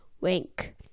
Wink